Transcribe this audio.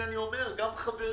גם חברי.